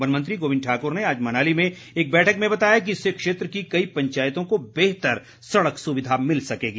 one मंत्री गोविंद ठाकुर ने आज मनाली में एक बैठक में बताया कि इससे क्षेत्र की कई पंचायतों को बेहतर सड़क सुविधा मिल सकेगी